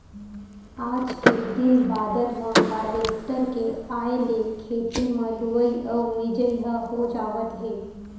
आज के दिन बादर म हारवेस्टर के आए ले खेते म लुवई अउ मिजई ह हो जावत हे